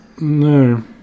No